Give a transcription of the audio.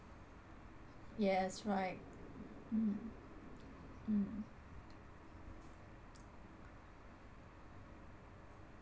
yes right mm mm